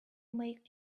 make